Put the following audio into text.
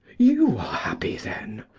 you are happy, then?